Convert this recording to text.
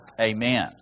Amen